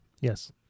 Yes